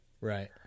Right